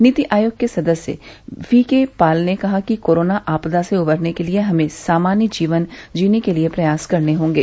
नीति आयोग के सदस्य वीके पॉल ने कहा कि कोरोना आपदा से उबरने के लिए हमें सामान्य जीवन जीने के लिए प्रयास करने होंगे